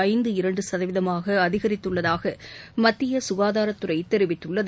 ஐந்து இரண்டு சதவீதமாக அதிகரித்துள்ளதாக மத்திய சுகாதாரத்துறை தெரிவித்துள்ளது